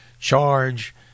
charge